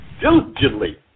diligently